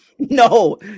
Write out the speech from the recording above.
No